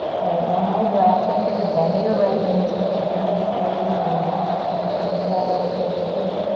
alright, one more breath. feel free to bend your right knee as generous as you need. be kind to that left hamstring.